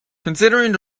considering